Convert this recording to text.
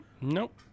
Nope